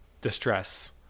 distress